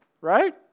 right